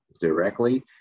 directly